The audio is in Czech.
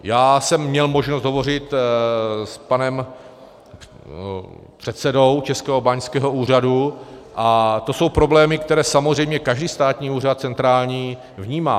Já jsem měl možnost hovořit s panem předsedou Českého báňského úřadu, a to jsou problémy, které samozřejmě každý státní centrální úřad vnímá.